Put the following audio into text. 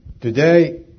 Today